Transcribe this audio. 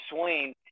swing